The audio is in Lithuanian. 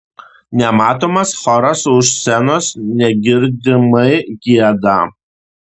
nematomas choras už scenos negirdimai gieda